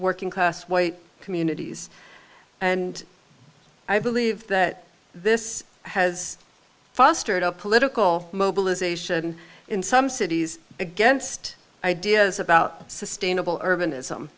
working class white communities and i believe that this has fostered a political mobilization in some cities against ideas about sustainable urban is